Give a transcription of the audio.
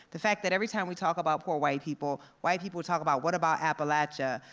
the fact that every time we talk about poor white people, white people talk about, what about appalachia?